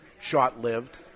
short-lived